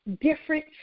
different